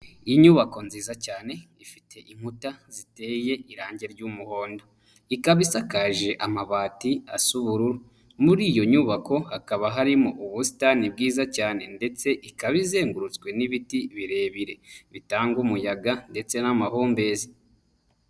Inyubako nziza cyane ifite inkuta ziteye irange ry'umuhondo. Ikaba isakaje amabati asa ubururu. Muri iyo nyubako hakaba harimo ubusitani bwiza cyane ndetse ikaba izengurutswe n'ibiti birebire, bitanga umuyaga ndetse n'amahumbezi.